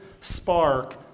spark